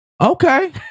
Okay